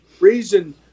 reason